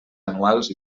anuals